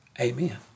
Amen